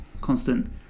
constant